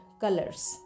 colors